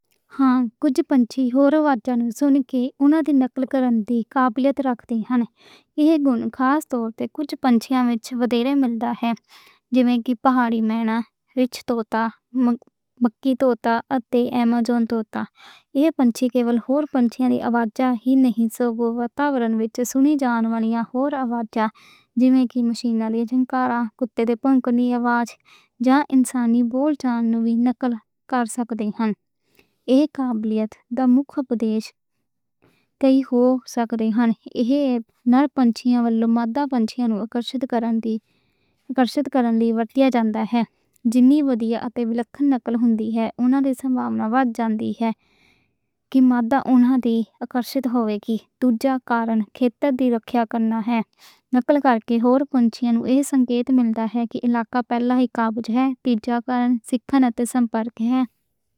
ہاں کجھ تے پنچھی ہور واجاں سون کے اونا دی نقل کرن دی قابلیت رکھدے ہاں۔ ایہہ بولی خاص طور تے کجھ پنچھی وچ ودھیرے ملدی ہے۔ جیویں کہ طوطا مکاؤ طوطا اتے امازون طوطا۔ ایہہ پنچھی کِوَل ہور پنچیاں دیاں آوازاں ہی نہیں سُن دے۔ واتاورن وچ سُنیاں جان والیاں ہور آوازاں، جیویں کہ مشیناں، کاراں، کُتے بھونکن والیاں آوازاں، انسانی بول چال نوں نقل کر سکدے ہاں۔ ایہہ قابلیت دماغ دے حصے کے ہی ہو سکدی ہاں۔ ایہہ نال نر پنچھی ول مادہ پنچھیاں نوں اکھرشِت کرن دی ورتوں جاندی ہے۔ جِنی ودھیا اتے وکھ وکھ نقل ہوندی ہے، اوہنا ول مادہ اکھرشِت ہو جاندیاں نیں۔ دووجا کرن علاقے دی رکھیا کرن دا ہے۔ نقل کر کے ہور پنچیاں نوں ایہہ سنکیت ملدا ہے کہ علاقہ پہلا ہی قابض ہے۔ تیجا کرن، سکھن اس کر کے ہے۔